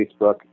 Facebook